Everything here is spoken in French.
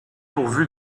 pourvu